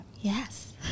Yes